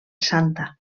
santa